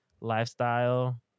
lifestyle